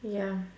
ya